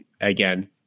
again